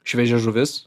šviežia žuvis